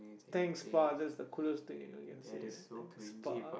thanks pa that's the coolest thing anyone can say man thanks pa